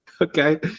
Okay